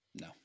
No